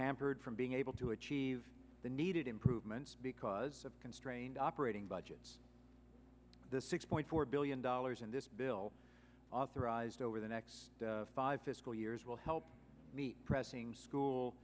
hampered from being able to achieve the needed improvements because of constrained operating budgets the six point four billion dollars in this bill authorized over the next five fiscal years will help meet pressing school